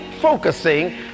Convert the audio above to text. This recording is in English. focusing